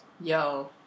Yo